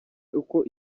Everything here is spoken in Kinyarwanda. uko